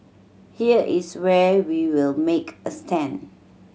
here is where we will make a stand